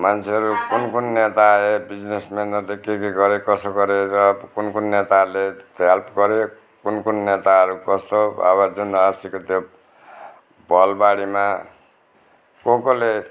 मान्छेहरू कुन कुन नेता आए विजनेसम्यानहरूले के के गरे कसो गरे र कुन कुन नेताहरूले हेल्प गरे कुन कुन नेताहरू कस्तो अब जुन अस्तिको त्यो भल बाढीमा कस कसले